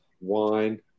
wine